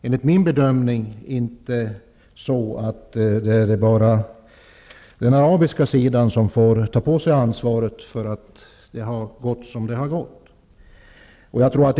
Enligt min bedömning är det inte bara den arabiska sidan som får ta på sig ansvaret för att det har gått som det har gått.